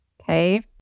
okay